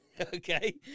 Okay